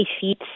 feet